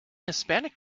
hispanic